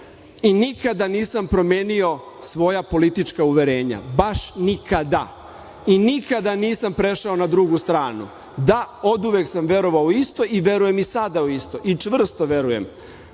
i nikada nisam promenio svoja politička uverenja, baš nikada. Nikada nisam prešao na drugu stranu. Da, oduvek sam verovao u isto i verujem i sada u isto i čvrsto verujem